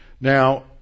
Now